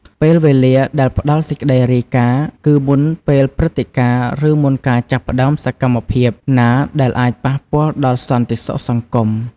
ពេលវេលាដែលផ្តល់សេចក្តីរាយការណ៍គឺ មុនពេលព្រឹត្តិការណ៍ ឬមុនការចាប់ផ្តើមសកម្មភាពណាដែលអាចប៉ះពាល់ដល់សន្តិសុខសង្គម។